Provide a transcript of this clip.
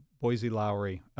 Boise-Lowry